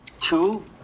Two